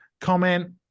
Comment